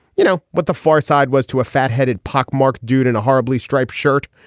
you know but the far side was too a fat headed pock marked dude in a horribly striped shirt.